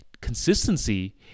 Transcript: consistency